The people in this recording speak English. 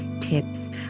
tips